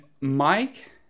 mike